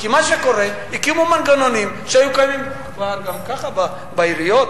כי מה שקורה זה שהקימו מנגנונים שהיו קיימים כבר גם ככה בעיריות,